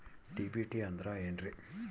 DBT ಅಂದ್ರ ಏನ್ರಿ?